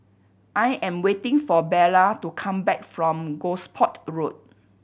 I am waiting for Bella to come back from Gosport Road